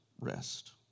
rest